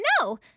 no